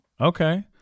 Okay